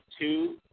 two